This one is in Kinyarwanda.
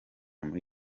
muri